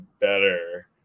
better